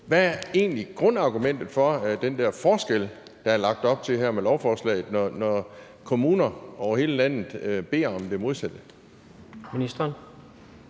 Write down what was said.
Hvad er egentlig grundargumentet for den der forskel, der er lagt op til her med lovforslaget, når kommuner over hele landet beder om det modsatte?